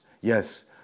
Yes